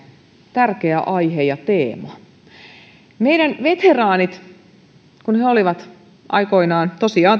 tärkeä aihe ja teema meidän veteraanit aikoinaan tosiaan